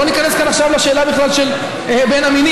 שלא ניכנס כאן עכשיו בכלל לשאלה של שני המינים.